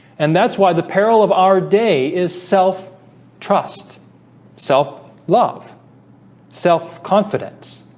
and that's why the peril of our day is self trust self love self confidence